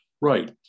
Right